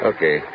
Okay